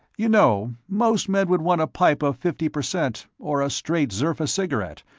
you know, most men would want a pipe of fifty percent, or a straight zerfa cigarette,